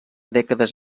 dècades